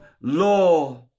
law